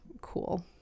cool